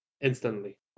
instantly